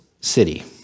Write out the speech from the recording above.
city